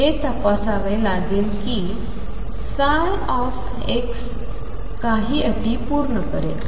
तर आपल्याला हे तपासावे लागेल की ψ काही अटी पूर्ण करेल